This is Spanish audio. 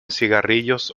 cigarrillos